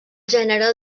gènere